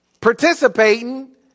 participating